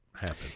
happen